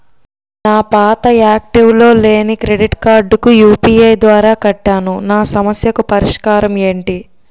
నా పాత యాక్టివ్ లో లేని క్రెడిట్ కార్డుకు యు.పి.ఐ ద్వారా కట్టాను నా సమస్యకు పరిష్కారం ఎంటి?